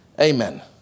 Amen